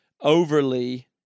Overly